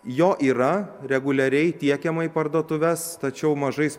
jo yra reguliariai tiekiama į parduotuves tačiau mažais